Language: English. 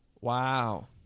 wow